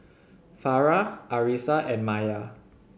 Farah Arissa and Maya